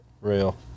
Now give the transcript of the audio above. Real